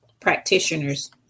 practitioners